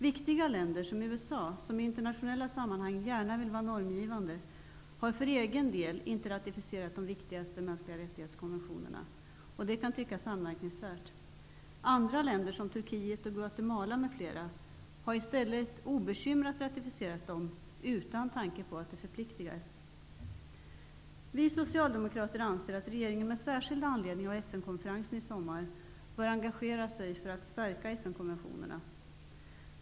Viktiga länder som USA, som i internationella sammanhang gärna vill vara normgivande, har för egen del inte ratificerat de viktigaste konventionerna om mänskliga rättigheter, vilket kan tyckas anmärkningsvärt. Andra länder som Turkiet och Guatemala m.fl. har i stället obekymrat ratificerat dem utan tanke på att det förpliktigar. Vi socialdemokrater anser att regeringen med särskild anledning av FN-konferensen i sommar bör engagera sig för att stärka FN-konventionerna.